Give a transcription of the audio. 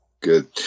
Good